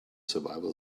survival